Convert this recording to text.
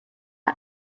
you